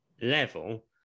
level